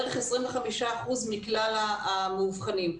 בערך 25% מכלל המאובחנים,